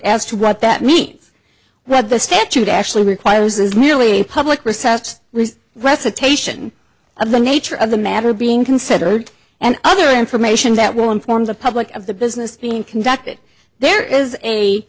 as to what that means what the statute actually requires is merely a public recessed with recitation of the nature of the matter being considered and other information that will inform the public of the business being conducted there is a